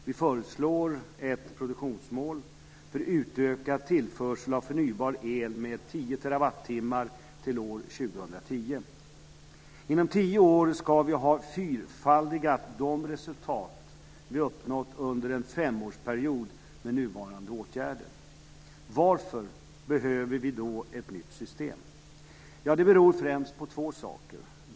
Vi föreslår ett produktionsmål för utökad tillförsel av förnybar el med tio terawattimmar till år 2010. Inom tio år ska vi ha fyrfaldigat de resultat som vi har uppnått under en femårsperiod med nuvarande åtgärder. Varför behöver vi då ett nytt system? Det beror främst på två saker.